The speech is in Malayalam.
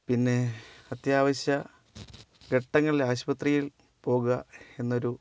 പിന്നെ അത്യാവശ്യ ഘട്ടങ്ങളിൽ ആശുപത്രിയിൽ പോകുക എന്നൊരു